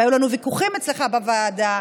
היו לנו ויכוחים אצלך בוועדה,